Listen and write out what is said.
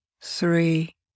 three